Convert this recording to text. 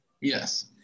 Yes